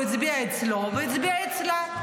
הוא הצביע אצלו והצביע אצלה.